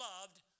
loved